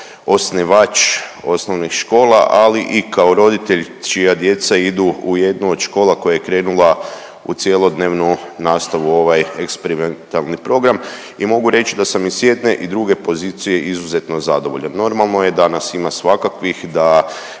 osnivač osnovnih škola, ali i kao roditelj čija djeca u jednu od škola koja je krenula u cjelodnevnu nastavu u ovaj eksperimentalni program i mogu reć da sam i s jedne i s druge pozicije izuzetno zadovoljan. Normalno je da nas ima svakakvih, da